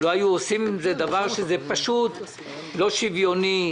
לא היו עושים עם זה דבר שהוא פשוט לא שוויוני,